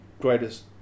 greatest